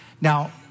Now